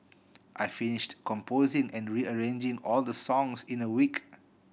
I finished composing and rearranging all the songs in a week